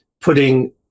putting